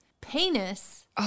penis